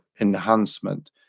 enhancement